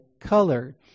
color